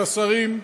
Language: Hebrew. לשרים,